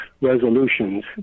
resolutions